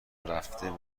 رفتم